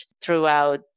throughout